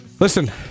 Listen